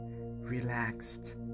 relaxed